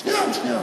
שנייה.